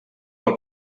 del